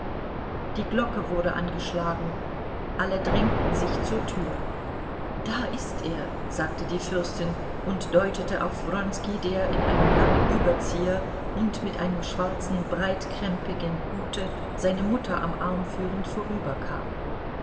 die glocke wurde angeschlagen alle drängten sich zur tür da ist er sagte die fürstin und deutete auf wronski der in einem langen überzieher und mit einem schwarzen breitkrempigen hute seine mutter am arm führend vorüberkam